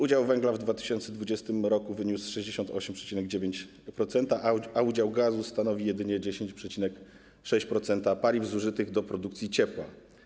Udział węgla w 2020 r. wyniósł 68,9%, a gaz stanowił jedynie 10,6% paliw zużytych do produkcji ciepła.